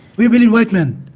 we believe white man.